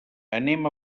anem